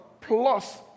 plus